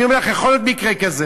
אני אומר לך: יכול להיות מקרה כזה.